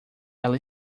ela